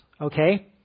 okay